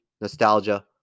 nostalgia